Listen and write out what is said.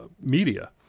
media